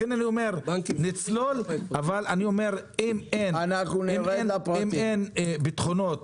לכן אני אומר שנצלול אבל אם אין בטחונות